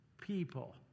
people